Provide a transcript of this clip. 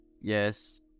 Yes